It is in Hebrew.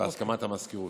בהסכמת המזכירות.